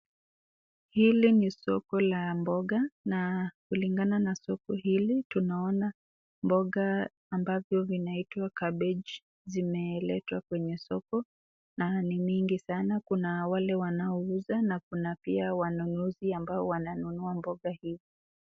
Hili ni soko la mboga na kulingana na soko hili tunaona mboga ambavyo vinaitwa cabbage zimeletwa kwenye soko na ni mingi sana. Kuna wale wanauza na kuna pia wanunuzi ambao wananunua mboga hii.